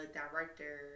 director